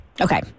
Okay